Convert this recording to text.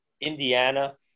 Indiana